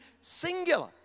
singular